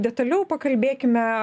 detaliau pakalbėkime